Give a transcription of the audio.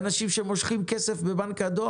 -- שאנחנו עושים את העבודה הזאת של בחינת אישור